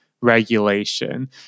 regulation